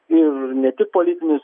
ir ne tik politinius